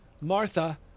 Martha